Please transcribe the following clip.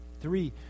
Three